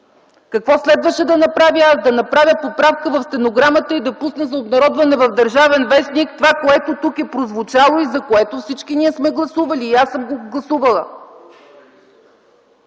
какво следваше да направя аз? Да направя поправка в стенограмата и да пусна за обнародване в „Държавен вестник” това, което тук е прозвучало и за което всички ние сме гласували, и аз съм го гласувала?!